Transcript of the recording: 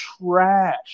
trash